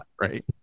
right